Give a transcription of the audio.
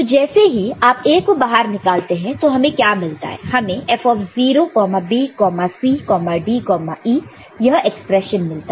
तो जैसे ही आप A को बाहर निकालते हैं तो हमें क्या मिलता है हमें F 0 B C D E यह एक्सप्रेशन मिलता है